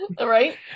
Right